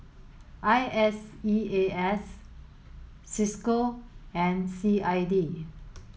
I S E A S Cisco and C I D